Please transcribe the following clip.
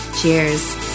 Cheers